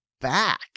back